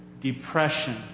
depression